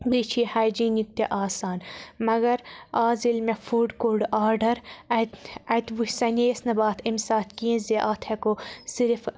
بیٚیہِ چھِ یہِ ہایجیٖنِک تہِ آسان مگر آز ییٚلہِ مےٚ فُڈ کوٚر آرڈَر اَتہِ اَتہِ وٕچھ سَنییَس نہٕ بہٕ اَتھ اَمۍ ساتہٕ کیٚنہہ زِ اَتھ ہٮ۪کو صرف